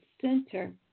center